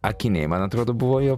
akiniai man atrodo buvo jo